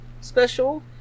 special